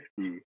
50